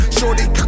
Shorty